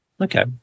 Okay